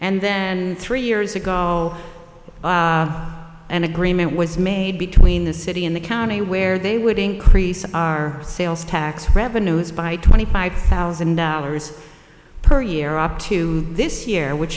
and then three years ago an agreement was made between the city in the county where they would increase our sales tax revenues by twenty five thousand dollars per year up to this year which